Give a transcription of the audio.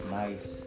nice